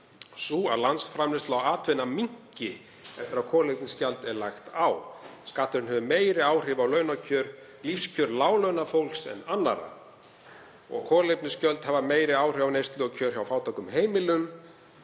sú að landsframleiðsla og atvinna minnki eftir að kolefnisgjald er lagt á. Skatturinn hefur meiri áhrif á lífskjör láglaunafólks en annarra og kolefnisgjöld hafa meiri áhrif á neyslu og kjör hjá fátækum heimilum.